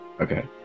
Okay